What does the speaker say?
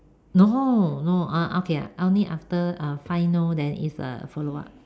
no no ah okay only after five no then is a follow up